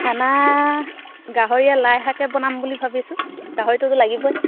খানা গাহৰীয়ে লাইশাকে বনাম বুলি ভাবিছোঁ গাহৰিটোতো লাগিবই